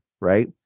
right